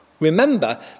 Remember